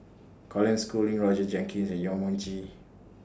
Colin Schooling Roger Jenkins Yong Mun Chee